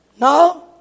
No